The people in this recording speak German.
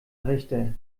richter